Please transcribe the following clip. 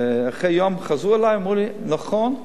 ואחרי יום חזרו אלי ואמרו לי: נכון,